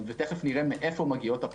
תכף נראה מהיכן הן מגיעות.